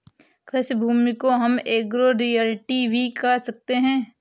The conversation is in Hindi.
कृषि भूमि को हम एग्रो रियल्टी भी कह सकते है